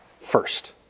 First